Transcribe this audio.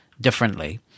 differently